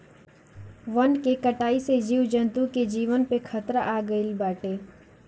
वन के कटाई से जीव जंतु के जीवन पे खतरा आगईल बाटे